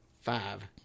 five